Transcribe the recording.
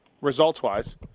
results-wise